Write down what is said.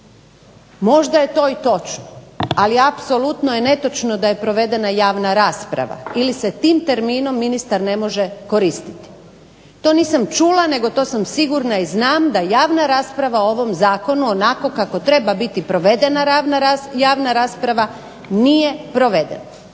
Možda je to i točno, ali apsolutno je netočno da je provedena javna rasprava ili se tim terminom ministar ne može koristiti. To nisam čula nego to sam sigurna i znam da javna rasprava o ovom zakonu onako kako treba biti provedena javna rasprava nije provedena.